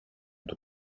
του